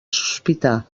sospitar